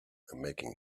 making